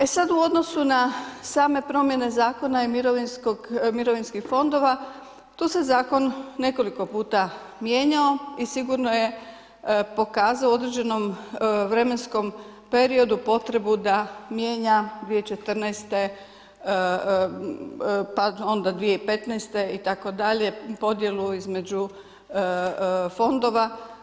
E sad u odnosu na same promjene zakona i mirovinskih fondova, tu se zakon nekoliko puta mijenjao i sigurno je pokazao u određenom vremenskom periodu potrebu da mijenja 2014. pa onda 2015. itd., podjelu između fondova.